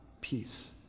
peace